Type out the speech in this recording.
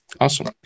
Awesome